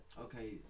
okay